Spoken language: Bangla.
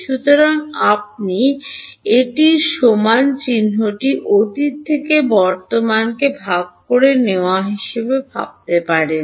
সুতরাং আপনি এটির সমান চিহ্নটি অতীত থেকে বর্তমানকে ভাগ করে নেওয়া হিসাবে ভাবতে পারেন